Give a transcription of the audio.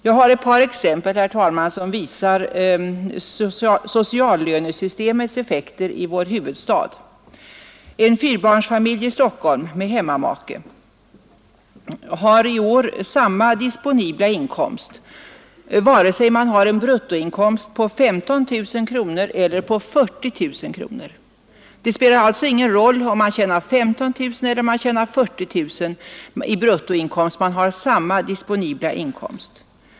Jag har ett par exempel, herr talman, som visar sociallönesystemets effekter i vår huvudstad. En fyrbarnsfamilj i Stockholm med hemmamake har i år samma disponibla inkomst antingen årsinkomsten är 15 000 kronor eller 40 000 kronor. Det spelar alltså ingen roll om bruttoinkomsten är 15 000 kronor eller 40 000 kronor — man har samma disponibla inkomst.